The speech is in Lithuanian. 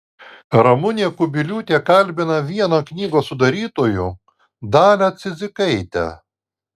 ramunė kubiliūtė kalbina vieną knygos sudarytojų dalią cidzikaitę